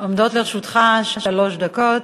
עומדות לרשותך שלוש דקות.